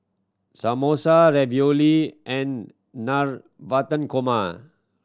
Samosa Ravioli and Navratan Korma